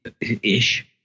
Ish